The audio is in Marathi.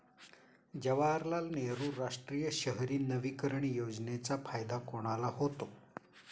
जवाहरलाल नेहरू राष्ट्रीय शहरी नवीकरण योजनेचा फायदा कोणाला होतो?